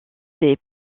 des